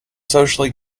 socially